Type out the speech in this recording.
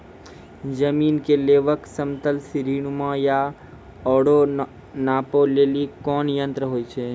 जमीन के लेवल समतल सीढी नुमा या औरो नापै लेली कोन यंत्र होय छै?